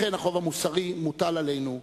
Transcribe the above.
לכן החוב המוסרי מוטל עלינו,